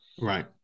Right